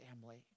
family